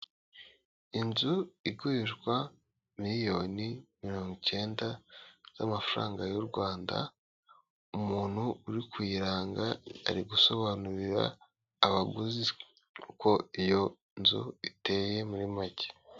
Inzu igurishwa miliyoni mirongo icyenda z'amafaranga y'u Rwanda, umuntu uri kuyiranga ari gusobanurira abaguzi uko iyo nzu iteye muri make.